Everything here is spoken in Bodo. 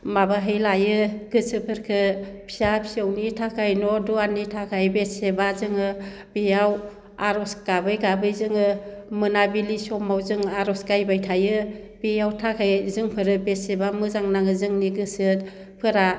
माबाहै लायो गोसोफोरखो फिसा फिसौनि थाखाय न' दुवारनि थाखाय बेसेबा जोङो बेयाव आर'ज गाबै गाबै जोङो मोनाबिलि समाव जों आर'ज गायबाय थायो बेयाव थाखाय जोंफोरो बेसेबा मोजां नाङो जोंनि गोसोफोरा